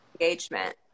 engagement